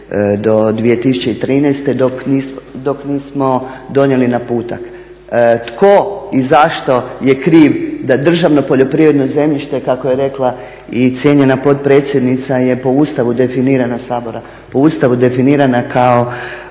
do 2013. dok nismo donijeli naputak. Tko i zašto je kriv da državno poljoprivredno zemljište kako je rekla i cijenjena potpredsjednica je po Ustavu definirano kao opće dobro